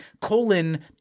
colon